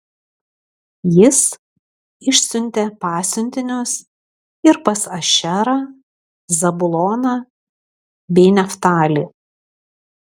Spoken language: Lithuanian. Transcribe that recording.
jis išsiuntė pasiuntinius ir pas ašerą zabuloną bei neftalį